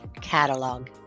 catalog